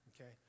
Okay